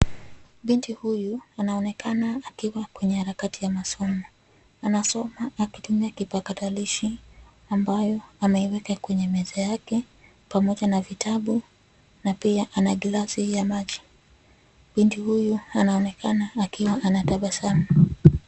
Binti huyu anaonekana akiwa kwenye harakati ya masomo, anasoma akitumia kipakatalishi ambayo ameiweka kwenye meza yake pamoja na vitabu na pia ana glasi ya maji. Binti huyu anaonekana akiwa anatabasamu.